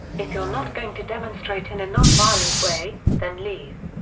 if you're not going to demonstrate in a nonviolent way, then leave!